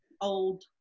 old